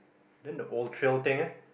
then the old trail thing ah